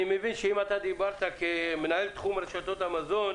אני מבין שאם אתה דיברת כמנהל תחום רשתות המזון,